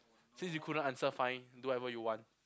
since you couldn't answer fine do whatever you want